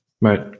Right